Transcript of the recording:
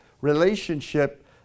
Relationship